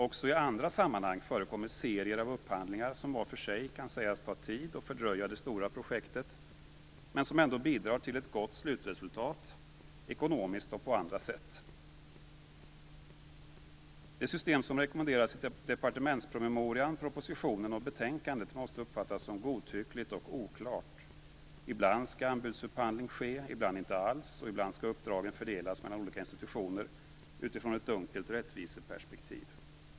Också i andra sammanhang förekommer serier av upphandlingar som var för sig kan sägas ta tid och fördröja det stora projektet, men som ändå bidrar till ett gott slutresultat, ekonomiskt och på andra sätt. Det system som rekommenderas i departementspromemorian, propositionen och betänkandet måste uppfattas som godtyckligt och oklart. Ibland skall anbudsupphandling ske, ibland inte alls, och ibland skall uppdragen fördelas mellan olika institutioner utifrån ett dunkelt rättviseperspektiv.